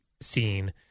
scene